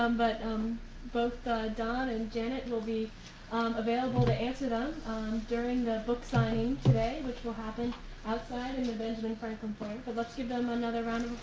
um but um both don and janet will be available to answer them during the book signing today which will happen outside in the benjamin franklin foyer. so but let's give them another round